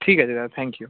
ঠিক আছে দাদা থ্যাঙ্ক ইউ